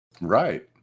Right